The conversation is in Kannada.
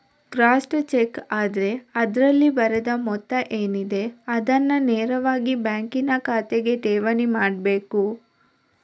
ಕ್ರಾಸ್ಡ್ ಚೆಕ್ ಆದ್ರೆ ಅದ್ರಲ್ಲಿ ಬರೆದ ಮೊತ್ತ ಏನಿದೆ ಅದನ್ನ ನೇರವಾಗಿ ಬ್ಯಾಂಕಿನ ಖಾತೆಗೆ ಠೇವಣಿ ಮಾಡ್ಬೇಕು